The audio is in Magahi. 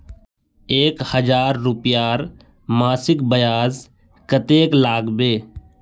एक हजार रूपयार मासिक ब्याज कतेक लागबे?